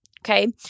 Okay